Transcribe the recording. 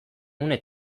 une